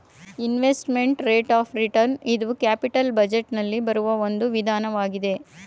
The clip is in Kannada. ಇನ್ವೆಸ್ಟ್ಮೆಂಟ್ ರೇಟ್ ಆಫ್ ರಿಟರ್ನ್ ಇದು ಕ್ಯಾಪಿಟಲ್ ಬಜೆಟ್ ನಲ್ಲಿ ಬರುವ ಒಂದು ವಿಧಾನ ಆಗಿದೆ